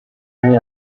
they